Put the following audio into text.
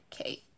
okay